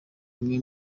imwe